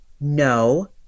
no